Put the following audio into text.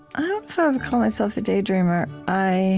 i would call myself a daydreamer. i